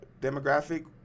demographic